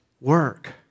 work